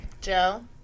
Joe